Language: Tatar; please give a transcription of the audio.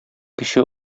кече